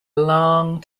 long